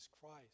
Christ